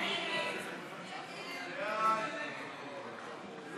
ההסתייגות (244) של חברת הכנסת יעל גרמן לסעיף 1 לא